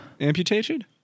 amputated